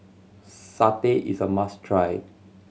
satay is a must try